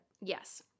yes